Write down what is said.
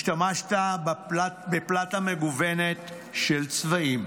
השתמשת בפלטה מגוונת של צבעים,